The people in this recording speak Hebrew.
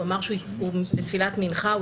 הוא בתפילת מנחה,